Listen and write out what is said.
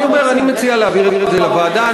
אני אומר, אני מציע להעביר את זה לוועדה.